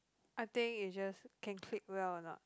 I think it just can click well or not